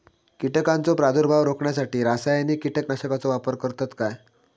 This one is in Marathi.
कीटकांचो प्रादुर्भाव रोखण्यासाठी रासायनिक कीटकनाशकाचो वापर करतत काय?